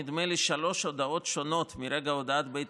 נדמה לי שלוש הודעות שונות מרגע הודעת בית